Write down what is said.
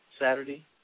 Saturday